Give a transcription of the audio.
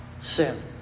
sin